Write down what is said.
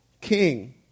king